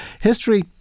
History